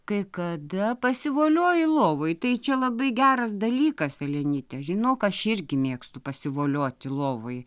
kai kada pasivolioji lovoj tai čia labai geras dalykas elenyte žinok aš irgi mėgstu pasivolioti lovoj